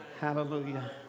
Hallelujah